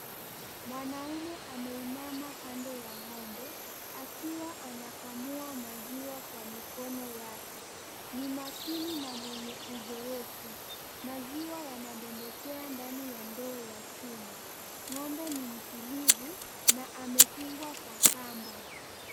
Mwanaume ameinama kando ya ng'ombe, akiwa anakamua maziwa kwa mikono yake, ni makini na mwenye uzoefu. Maziwa yanandondokea ndani ya ndoo ya chuma. Ng'ombe ni mtulivu na amefungwa kwa kamba.